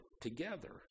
together